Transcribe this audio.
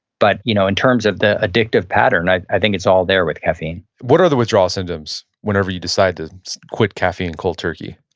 but you know in terms of the addictive pattern, i i think it's all there with caffeine what are the withdrawal symptoms whenever you decide to quit caffeine cold turkey?